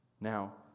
Now